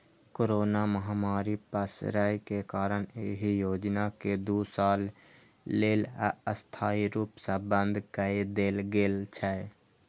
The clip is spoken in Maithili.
कोरोना महामारी पसरै के कारण एहि योजना कें दू साल लेल अस्थायी रूप सं बंद कए देल गेल छै